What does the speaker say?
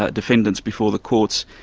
ah defendants before the courts,